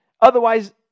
Otherwise